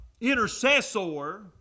intercessor